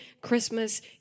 Christmas